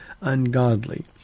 ungodly